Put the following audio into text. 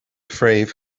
fréamh